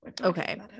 Okay